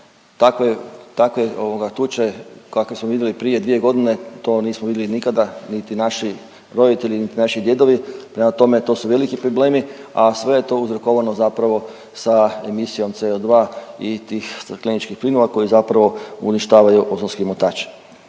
takve tuče kakve smo vidjeli prije 2 godine, to nismo vidjeli nikada, niti naši roditelji niti naši djedovi, prema tome, to su veliki problemi, a sve je to uzrokovano zapravo sa emisijom CO2 i tih stakleničkih plinova koji zapravo uništavaju ozonskim omotač.